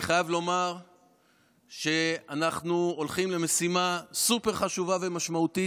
אני חייב לומר שאנחנו הולכים למשימה סופר-חשובה ומשמעותית,